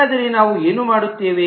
ಹಾಗಾದರೆ ನಾವು ಏನು ಮಾಡುತ್ತೇವೆ